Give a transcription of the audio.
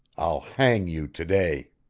i'll hang you to-day!